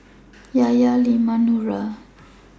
Yahya Leman and Nura